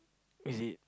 is it